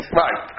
right